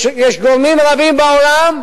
יש גורמים רבים בעולם,